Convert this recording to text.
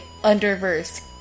Underverse